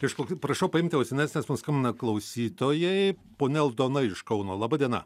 kažkoks prašau paimti ausines nes man skambina klausytojai ponia aldona iš kauno laba diena